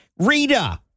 Rita